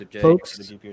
Folks